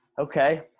Okay